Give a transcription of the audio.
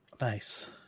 nice